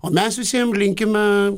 o mes visiem linkime